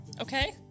Okay